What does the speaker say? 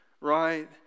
right